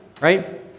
right